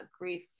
grief